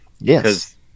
Yes